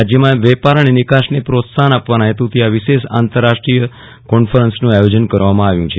રાજ્યમાં વેપાર અને નિકાસને પ્રોત્સાહન આપવાના હેતુથી આ વિશેષ આંતરરાષ્ટ્રીય કોન્ફરન્સનું આયોજન કરવામાં આવ્યું છે